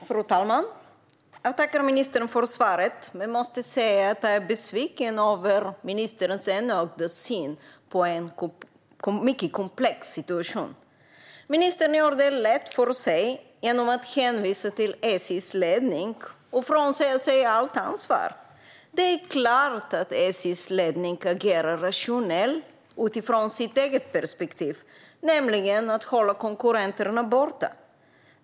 Fru talman! Jag tackar ministern för svaret, men jag måste säga att jag är besviken över ministerns enögda syn på en mycket komplex situation. Ministern gör det lätt för sig genom att hänvisa till SJ:s ledning och frånsäger sig allt ansvar. Det är klart att SJ:s ledning agerar rationellt utifrån sitt eget perspektiv, nämligen att hålla konkurrenterna borta.